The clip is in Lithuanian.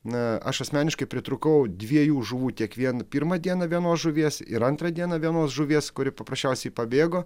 na aš asmeniškai pritrūkau dviejų žuvų tiek vien pirmą dieną vienos žuvies ir antrą dieną vienos žuvies kuri paprasčiausiai pabėgo